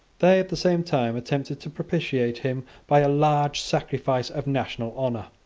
they, at the same time, attempted to propitiate him by a large sacrifice of national honour.